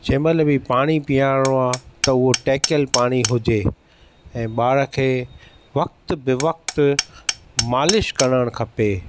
जंहिं महिल बि पाणी पियारणो आहे त उहो टेकियल पाणी हुजे ऐं ॿार खे वक़्तु बेवक़्तु मालिश करणु खपे